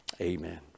amen